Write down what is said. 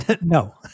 No